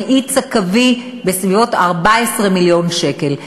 המאיץ הקווי, בסביבות 14 מיליון שקל.